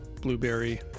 blueberry